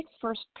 first